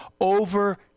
over